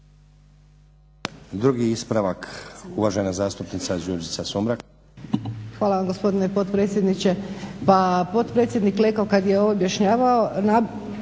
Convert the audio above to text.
Drugi ispravak, uvažena zastupnica Đurđica Sumrak.